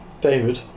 David